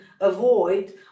avoid